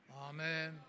Amen